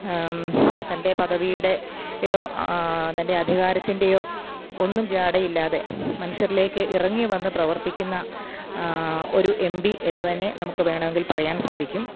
തൻ്റെ പദവിയുടേയോ തൻ്റെ അധികാരത്തിൻ്റേയോ ഒന്നും ജാഡയില്ലാതെ മനുഷ്യരിലേക്ക് ഇറങ്ങിവന്ന് പ്രവർത്തിക്കുന്ന ഒരു എം ബി എന്നുതന്നെ നമുക്ക് വേണമെങ്കിൽ പറയാൻ സാധിക്കും